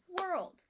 world